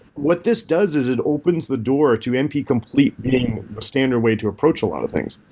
what this does is it opens the door to np-complete being the standard way to approach a lot of things.